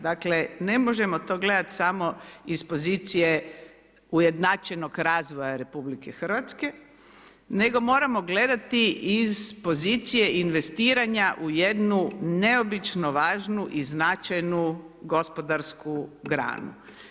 Dakle, ne možemo to samo gledati iz pozicije ujednačenog razvoja RH, nego moramo gledati iz pozicije investiranja u jednu neobično važnu i značajnu gospodarsku granu.